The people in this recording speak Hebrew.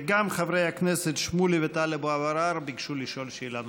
וגם חברי הכנסת שמולי וטלב אבו עראר ביקשו לשאול שאלה נוספת.